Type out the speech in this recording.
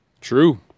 True